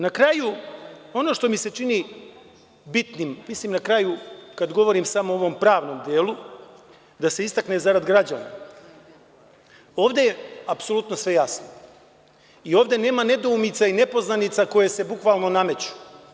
Na kraju, ono što mi se čini bitnim, mislim na kraju kada govorim samo o ovom pravnom delu, da se istakne zarad građana, ovde je apsolutno sve jasno i ovde nema nedoumica i nepoznanica koje se bukvalno nameću.